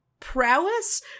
prowess